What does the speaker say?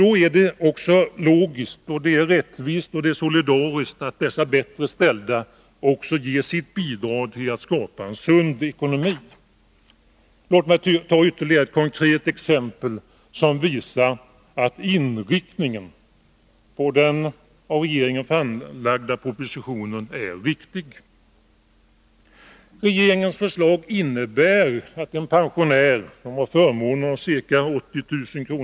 Då är det också logiskt, rättvist och solidariskt att dessa bättre ställda ger sitt bidrag till att skapa en sund ekonomi. Låt mig ta ytterligare ett konkret exempel som visar att inriktningen på den av regeringen framlagda propositionen är riktig. Regeringens förslag innebär att en pensionär som har förmånen av ca 80 000 kr.